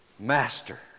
Master